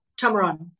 Tamron